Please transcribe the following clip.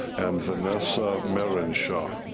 and vanessa mierenshaw.